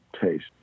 taste